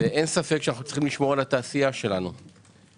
אין ספק שאנחנו צריכים לשמור על התעשייה שלנו כי